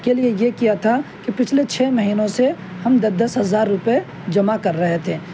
کے لیے یہ کیا تھا کہ پچھلے چھ مہینوں سے ہم دس دس ہزار روپے جمع کر رہے تھے